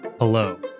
Hello